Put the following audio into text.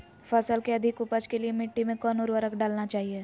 फसल के अधिक उपज के लिए मिट्टी मे कौन उर्वरक डलना चाइए?